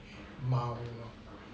mile lor